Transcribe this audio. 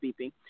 beeping